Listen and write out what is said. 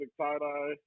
tie-dye